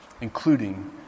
including